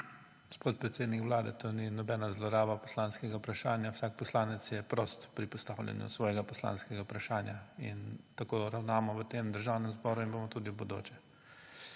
Gospod predsednik Vlade, to ni nobena zloraba poslanskega vprašanja. Vsak poslanec je prost pri postavljanju svojega poslanskega vprašanja in tako ravnamo v tem Državnem zboru in bomo tudi v bodoče.